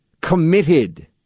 Committed